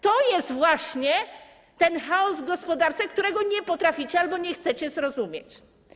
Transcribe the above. To jest właśnie ten chaos w gospodarce, którego nie potraficie albo nie chcecie zrozumieć.